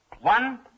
One